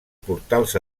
portals